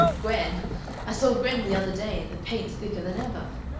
gwen i saw gwen the other day, and the paint's thicker than ever.